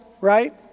right